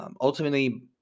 Ultimately